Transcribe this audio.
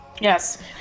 Yes